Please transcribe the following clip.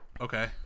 Okay